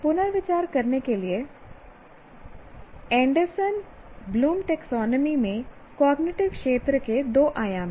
पुनर्विचार करने के लिए एंडरसन ब्लूम टैक्सोनॉमी में कॉग्निटिव क्षेत्र के दो आयाम हैं